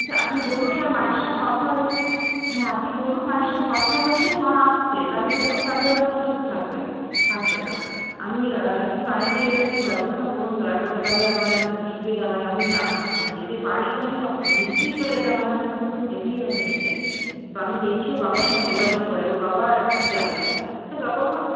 আচ্ছা আপনি বলুন না মায়ের সঙ্গে কথা হয়েছে হ্যাঁ আপনি বলুন মায়ের সঙ্গে কথা হয়েছে মা আসছে তাহলে বলুন তাহলে হয়তো ও চুপ থাকবে কাঁদবে না আমি একটু কাইন্ডলি এটা একটু ব্যবস্থা করুন দয়া করা তাহলে আমার সুবিধা হয় আমি যেতে পারলে তো আমি নিশ্চয়ই চলে যেতাম আমার মেয়েকে তো যেতেই হবে নিতে তো আমি দেখছি ওর বাবার সঙ্গে যোগাযোগ করে ওর বাবা ঠিক যাবে কিন্তু ততক্ষণ